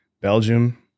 Belgium